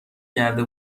کرده